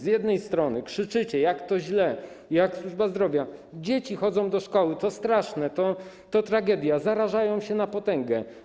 Z jednej strony krzyczycie, jak to źle, jaka służba zdrowia, dzieci chodzą do szkoły - to straszne, to tragedia, zarażają się na potęgę.